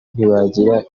ntibagira